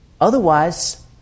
Otherwise